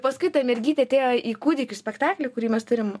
paskui ta mergytė atėjo į kūdikių spektaklį kurį mes turim